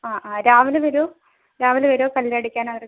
ആ ആ രാവിലെ വരുമോ രാവിലെ വരുമോ കല്ല് അടിക്കാൻ അവര്